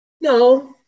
no